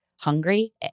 hungry